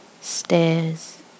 stairs